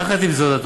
יחד עם זאת,